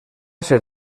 ser